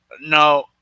No